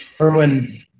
Erwin